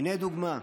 הינה דוגמה: